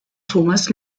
thomas